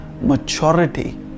maturity